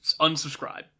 unsubscribe